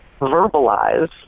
verbalize